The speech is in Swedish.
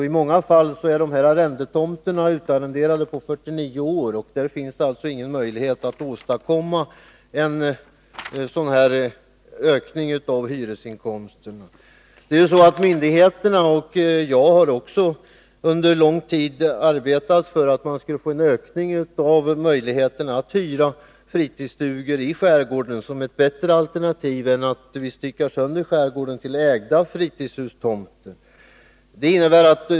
I många fall är dessa tomter utarrenderade på 49 år, och där finns det alltså ingen möjlighet att höja hyresinkomsten. Myndigheterna — och även jag — har under lång tid arbetat för att öka möjligheterna att hyra fritidsstugor i skärgården som ett bättre alternativ än att man styckar sönder skärgården till ägda fritidshustomter.